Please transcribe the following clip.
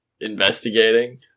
investigating